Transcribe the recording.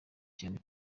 cyane